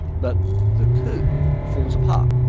but the coup falls apart.